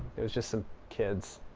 it was just some kids.